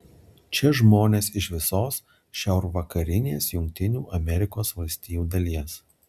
čia žmonės iš visos šiaurvakarinės jungtinių amerikos valstijų dalies